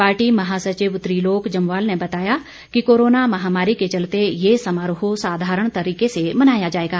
party महासचिव त्रिलोक जम्वाल ने बताया कि कोरोना महामारी के चलते ये समारोह साधारण तरीके से मनाया जाएगा